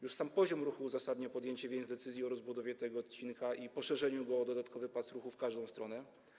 Już sam poziom natężenia ruchu uzasadnia podjęcie decyzji o rozbudowie tego odcinka i poszerzeniu go o dodatkowy pas ruchu w każdą stronę.